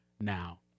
now